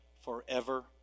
forever